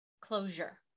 closure